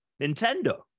Nintendo